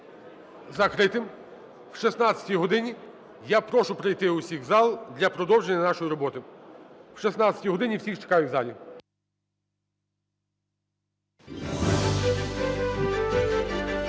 закритим. В 16-й годині я прошу прийти усіх в зал для продовження нашої роботи. В 16-й годині всіх чекаю в залі.